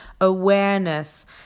awareness